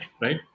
right